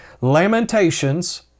Lamentations